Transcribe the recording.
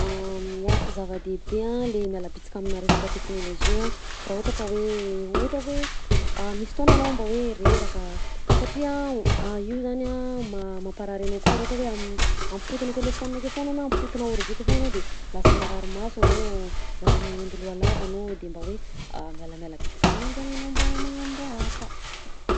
Ya zava-dehibe a le miala bisika amina resaka teknolozia raha ohatra ka hoe ohatra misy fotoana enao reraka satria io zany a ma- mamparary anao koa raha ohatra am- ampotona telephone akeo foagna anao na ampotona ordi akeo foagna enao de lasa marary maso anao lasa magnendy loha lava anao de mba hoe miala miala bitika aminanjy zany enao mba magnano raha hafa.